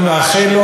אני מאחל לו,